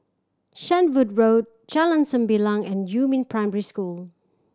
Shenvood Road Jalan Sembilang and Yumin Primary School